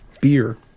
beer